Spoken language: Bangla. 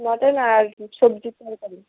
মটন আর কী সবজির তরকারি